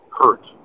hurt